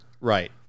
Right